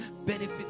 benefits